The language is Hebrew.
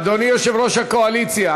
אדוני יושב-ראש הקואליציה,